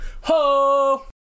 Ho